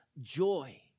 joy